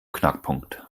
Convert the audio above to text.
knackpunkt